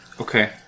Okay